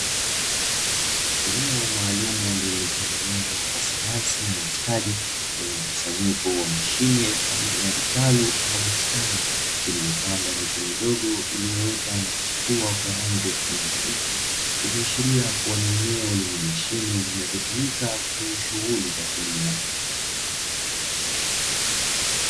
Eneo maalumu lililotengenezwa kwa sayansi na ustadi lenye mkusanyiko wa mashine pamoja na vitalu ama bustani, zilizopandwa miche midogo iliyoota na kuchipuwa kwa rangi ya kijani kibichi. Ikiashiria kuwa ni eneo lenye mashine zinazotumika kwenye shughuli za kilimo.